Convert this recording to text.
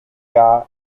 gare